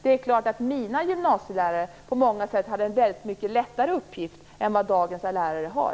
Det är klart att mina gymnasielärare på många sätt hade en väldigt mycket lättare uppgift än vad dagens lärare har.